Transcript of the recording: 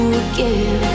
again